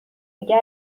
دیگر